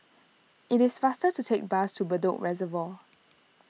it is faster to take bus to Bedok Reservoir